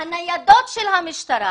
הניידות של המשטרה